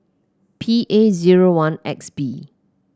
P A zero one X B